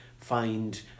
find